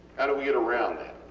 and we get around that?